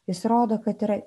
jis rodo kad yra